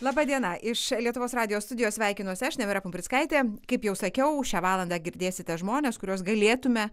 laba diena iš lietuvos radijo studijos sveikinuosi aš nemira pumprickaitė kaip jau sakiau šią valandą girdėsite žmones kuriuos galėtume